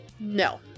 No